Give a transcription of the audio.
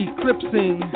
Eclipsing